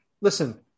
listen